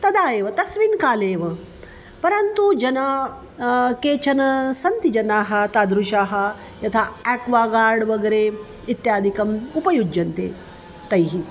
तदा एव तस्मिन् काले एव परन्तु जनाः केचना सन्ति जनाः तादृशाः यथा एक्वा गार्ड् वगरे इत्यादिकम् उपयुज्यन्ते तैः